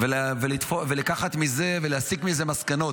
ולקחת מזה ולהסיק מזה מסקנות.